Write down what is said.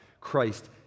Christ